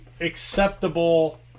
acceptable